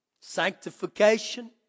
sanctification